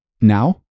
now